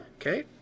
Okay